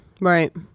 Right